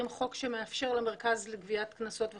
חוק שמאפשר למרכז לגביית קנסות וחובות,